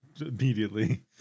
immediately